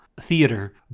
theater